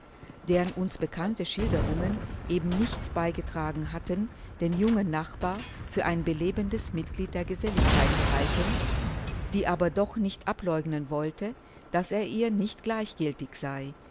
deren uns bekannte schilderungen eben nichts beigetragen hatten den jungen nachbar für ein belebendes mitglied der geselligkeit zu halten die aber doch nicht ableugnen wollte daß er ihr nicht gleichgiltig sei